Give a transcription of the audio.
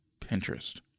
Pinterest